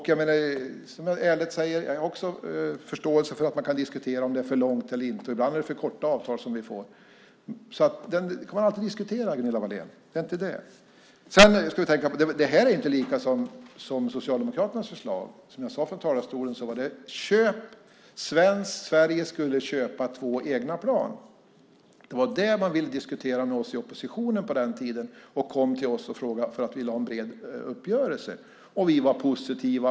Jag har också förståelse för att man kan diskutera om det är för långt eller inte. Ibland är det för korta avtal vi får. Det kan man alltid diskutera, Gunilla Wahlén. Det här är inte detsamma som Socialdemokraternas förslag. Som jag sade i talarstolen var det att Sverige skulle köpa två egna plan. Det var det man ville diskutera med oss i oppositionen på den tiden. Man kom till oss och frågade för att man ville ha en bred uppgörelse, och vi var positiva.